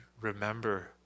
remember